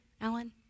Alan